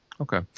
okay